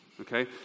Okay